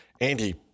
Andy